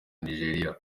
nigeria